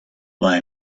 buy